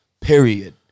period